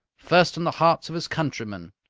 first in the hearts of his countrymen.